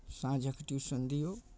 साँझक ट्यूशन दियौ